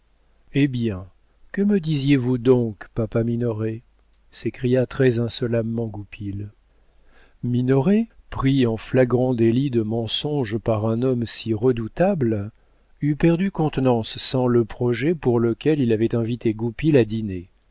eh bien que me disiez-vous donc papa minoret s'écria très insolemment goupil minoret pris en flagrant délit de mensonge par un homme si redoutable eût perdu contenance sans le projet pour lequel il avait invité goupil à dîner